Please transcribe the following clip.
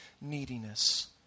neediness